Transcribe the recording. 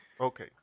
Okay